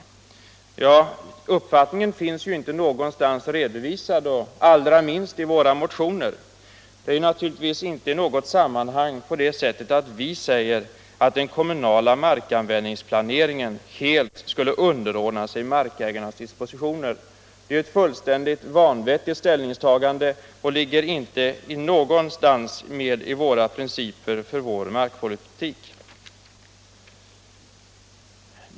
Uppfattningen finns inte någonstans redovisad, allra minst i våra motioner. Vi säger naturligtvis inte i något sammanhang att den kommunala markanvändningsplanen helt skulle underordna sig markägarnas dispositioner. Det är ett fullständigt vanvettigt ställningstagande och finns inte någonstans bland principerna för vår markpolitik.